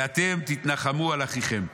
ואתם תתנחמו על אחיכם".